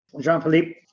Jean-Philippe